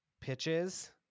pitches